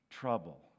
trouble